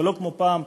ולא כמו פעם,